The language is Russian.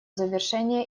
завершения